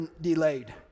delayed